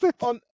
on